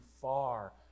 far